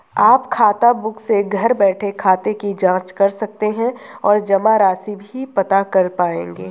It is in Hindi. आप खाताबुक से घर बैठे खाते की जांच कर सकते हैं और जमा राशि भी पता कर पाएंगे